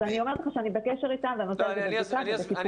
אז אני אומרת לך שאני בקשר איתם והנושא הזה בבדיקה ובטיפול.